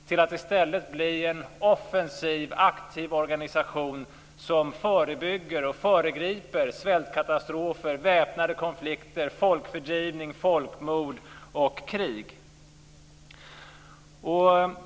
FN måste i stället bli en offensiv, aktiv organisation som förebygger och föregriper svältkatastrofer, väpnade konflikter, folkfördrivning, folkmord och krig.